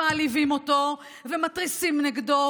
מעליבים אותו ומתריסים נגדו,